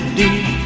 deep